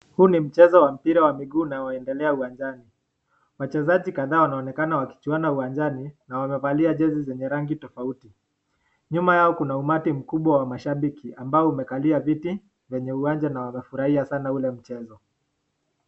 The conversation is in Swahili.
Huu ni mchezo wa mpira wa miguu inayoendelea uwanjani. Wachezaji kadhaa wanaonekana wakijuana uwanjani, na wamevali jezi zenye rangi tofauti. nyuma yao kuna umati mkubwa wa mashabiki ambao umekalia viti kwenye uwanja na wamefurahia sana ule mchezo.